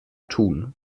tun